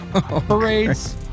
Parades